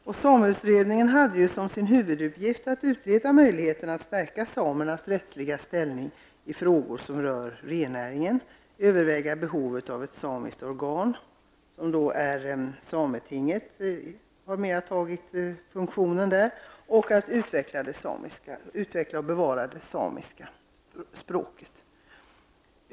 Samerättsutredningen hade ju som sin huvuduppgift att utreda möjligheterna att stärka samernas rättsliga ställning i frågor som rör rennäring och när det gäller att överväga behovet av ett samiskt organ, ett sameting, och att utveckla och bevara det samiska språket.